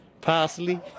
parsley